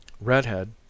Redhead